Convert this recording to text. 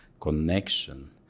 connection